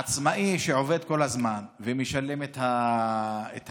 עצמאי שעובד כל הזמן ומשלם את המע"מ,